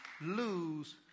lose